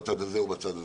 בצד הזה או בצד הזה.